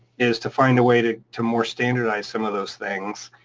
is to find a way to to more standardize some of those things.